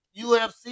UFC